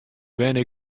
wenne